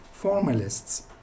formalists